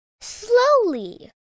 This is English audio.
Slowly